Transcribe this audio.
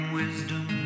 wisdom